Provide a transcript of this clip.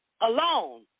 alone